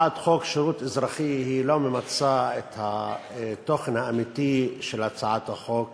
הצעת חוק שירות אזרחי לא ממצה את התוכן האמיתי של הצעת החוק